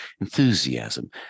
enthusiasm